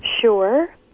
Sure